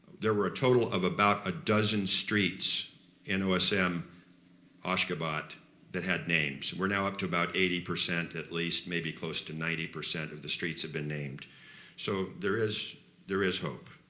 there were a total of about a dozen streets in osm ashgabat that had names we're now up to about eighty percent at least, maybe close to ninety percent of the streets have been named so there is there is hope